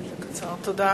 תודה,